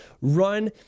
run